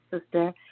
sister